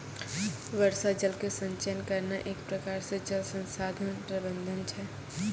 वर्षा जल के संचयन करना एक प्रकार से जल संसाधन प्रबंधन छै